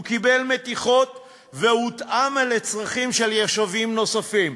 הוא קיבל מתיחות והותאם לצרכים של יישובים נוספים.